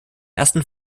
ersten